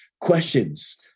questions